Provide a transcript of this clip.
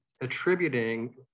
attributing